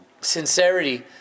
sincerity